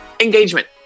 Engagement